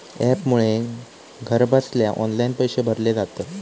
ॲपमुळे घरबसल्या ऑनलाईन पैशे भरले जातत